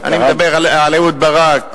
אני מדבר על אהוד ברק.